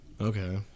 okay